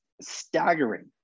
staggering